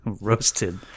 roasted